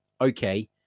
okay